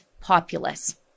populace